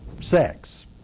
sex